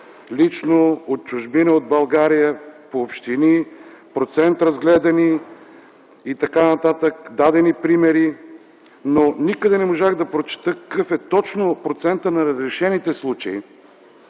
лично, от чужбина, от България, по общини, процент разгледани и т.н. дадени примери. Но никъде не можах да прочета какъв точно е процентът на разрешените случаи